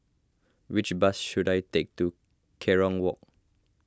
which bus should I take to Kerong Walk